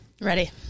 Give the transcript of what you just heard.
Ready